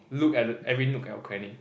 look at the every nook or cranny